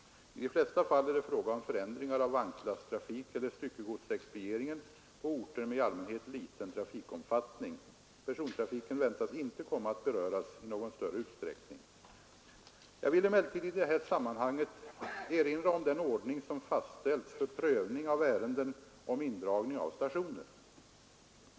I de flesta fall är det fråga om förändringar av vagnslasttrafik eller styckegodsexpedieringen på orter med i allmänhet liten trafikomfattning. Persontrafiken väntas inte komma att beröras i någon större utsträckning. Jag vill emellertid i det här sammanhanget erinra om den ordning som fastställts för prövning av ärenden om indragning av stationer.